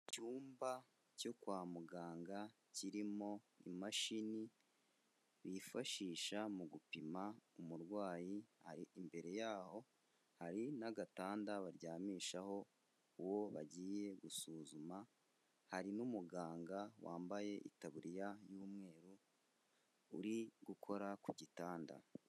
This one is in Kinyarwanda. Icyumba cyo kwa muganga kirimo imashini bifashisha mu gupima umurwayi, imbere yaho hari n'agatanda baryamishaho uwo bagiye gusuzuma, hari n'umuganga wambaye itaburiya y'umweru uri gukora ku gitanda.